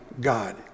God